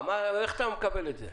איך אתה מקבל את זה?